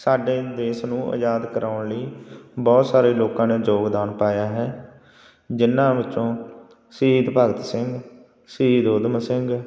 ਸਾਡੇ ਦੇਸ਼ ਨੂੰ ਆਜ਼ਾਦ ਕਰਵਾਉਣ ਲਈ ਬਹੁਤ ਸਾਰੇ ਲੋਕਾਂ ਨੇ ਯੋਗਦਾਨ ਪਾਇਆ ਹੈ ਜਿਹਨਾਂ ਵਿੱਚੋਂ ਸ਼ਹੀਦ ਭਗਤ ਸਿੰਘ ਸ਼ਹੀਦ ਊਧਮ ਸਿੰਘ